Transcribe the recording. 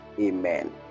Amen